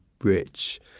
rich